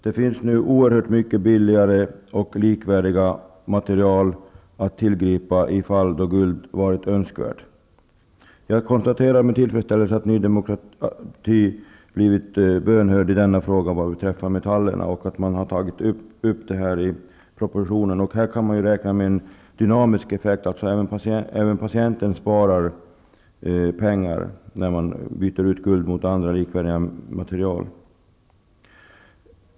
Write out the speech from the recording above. Det finns nu oerhört mycket billigare likvärdiga material att tillgripa i de fall där guld hade varit önskvärt. Jag konstaterar med tillfredsställelse att Ny demokrati har blivit bönhört i denna fråga vad gäller metaller. Det har tagits upp i propositionen. Här kan man räkna med dynamiska effekter. Även patienten kan spara pengar när man byter ut guldet mot andra likvärdiga material.